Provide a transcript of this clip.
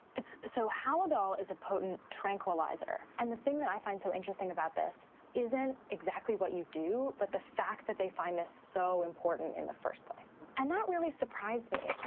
so, haldol is a potent tranquilizer. and the thing that i find so interesting about this isn't exactly what you do, but the fact that they find this so important in the first place. and that really surprised me.